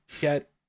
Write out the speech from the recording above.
get